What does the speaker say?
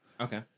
Okay